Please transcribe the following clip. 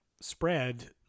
spread